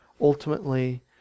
Ultimately